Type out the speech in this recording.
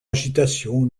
agitation